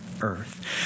earth